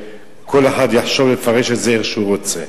כל אחד יחשוב לפרש את זה איך שהוא רוצה.